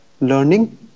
learning